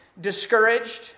Discouraged